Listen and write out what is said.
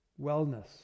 wellness